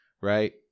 right